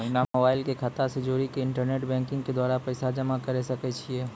Mobile के खाता से जोड़ी के इंटरनेट बैंकिंग के द्वारा पैसा जमा करे सकय छियै?